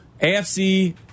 AFC